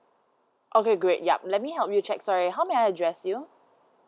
okay great yup let me help you check sorry how may I address you